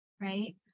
right